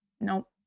nope